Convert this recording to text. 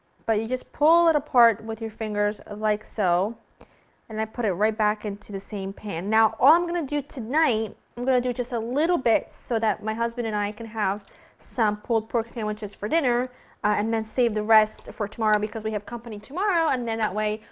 but you just pull it apart with your fingers like so and i put it right back into the same pan. now, all i'm going to do tonight i'm going to do just a little bit so that my husband and i can have some pulled pork sandwiches for dinner and then save the rest for tomorrow because we have company tomorrow and that way,